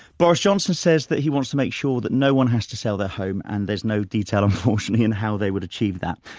boris johnson says that he wants to make sure that no one has to sell their home and there's no detail unfortunately, in how they would achieve that.